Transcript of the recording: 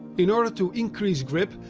in order to increase grip,